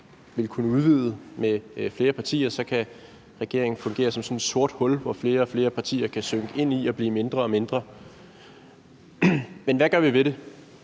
vil kunne udvide med flere partier, og så kan regeringen fungere som et sort hul, som flere og flere partier kan synke ind i og blive mindre og mindre. Men hvad gør vi ved det?